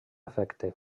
efecte